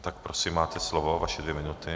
Tak prosím, máte slovo, vaše dvě minuty.